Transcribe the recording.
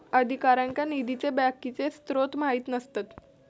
अधिकाऱ्यांका निधीचे बाकीचे स्त्रोत माहित नसतत